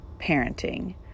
parenting